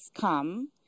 come